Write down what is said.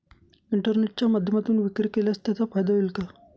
इंटरनेटच्या माध्यमातून विक्री केल्यास त्याचा फायदा होईल का?